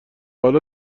حالا